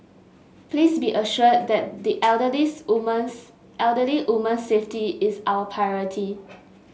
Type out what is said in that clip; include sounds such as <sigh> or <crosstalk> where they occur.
please be assured that the elderly <unintelligible> woman's elderly woman's safety is our priority